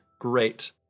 great